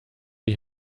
die